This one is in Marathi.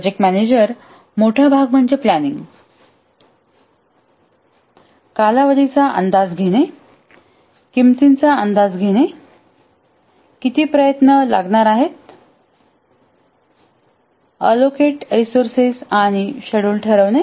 प्रोजेक्ट मॅनेजर मोठा भाग म्हणजे प्लॅनिंग कालावधीचा अंदाज घेणे किंमतीचा अंदाज घेणे किती प्रयत्न लागणार आहेतअलोकेट रिसोर्सेस आणि शेड्युल ठरवणे